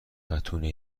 بتونه